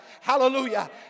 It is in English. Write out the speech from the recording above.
Hallelujah